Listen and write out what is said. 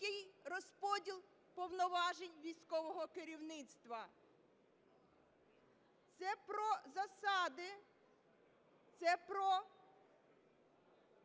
розподіл повноважень військового керівництва, це про засади, це про